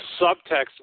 subtext